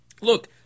look